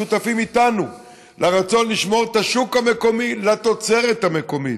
שותפים איתנו לרצון לשמור את השוק המקומי לתוצרת המקומית.